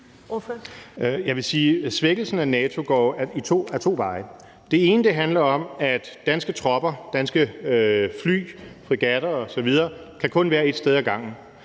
Jeg vil sige, at svækkelsen af NATO går to veje. Den ene handler om, at danske tropper, fly, fregatter osv. kun kan være et sted ad gangen,